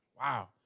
wow